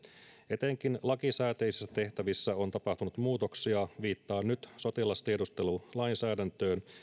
etenkin lakisääteisissä tehtävissä on tapahtunut muutoksia viittaan nyt sotilastiedustelulainsäädäntöön